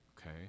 okay